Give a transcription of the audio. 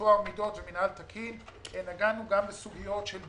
טוהר מידות ומינהל תקין נגענו גם בסוגיות של ביצועים,